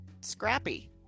scrappy